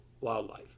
wildlife